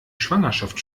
schwangerschaft